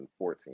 2014